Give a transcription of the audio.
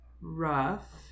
rough